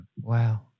Wow